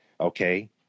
Okay